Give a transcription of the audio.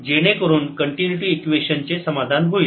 जेणेकरून continuity equation चे समाधान होईल